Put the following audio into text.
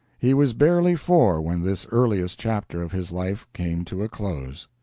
he was barely four when this earliest chapter of his life came to a close.